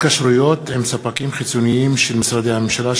התקשרויות עם ספקים חיצוניים של משרדי הממשלה,